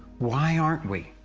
why aren't we?